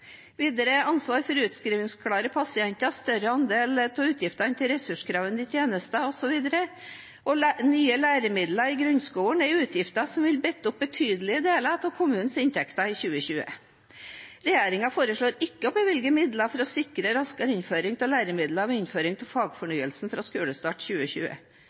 Videre gir ansvar for utskrivningsklare pasienter, større andel av utgiftene til ressurskrevende tjenester, osv., og nye læremidler i grunnskolen utgifter som vil binde opp betydelige deler av kommunenes inntekter i 2020. Regjeringen foreslår ikke å bevilge midler for å sikre raskere innføring av læremidler ved innføringen av fagfornyelsen fra skolestart 2020.